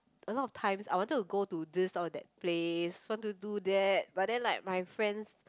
a lot of times I wanted to go to this or that place want to do that but then like my friends